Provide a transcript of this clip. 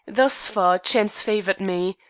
thus far, chance favored me.